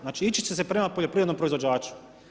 Znači, ići će se prema poljoprivrednom proizvođaču.